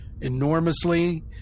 enormously